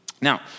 Now